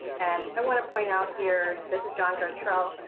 and i want to point out here, this is john gartrell,